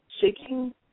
shaking